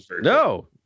no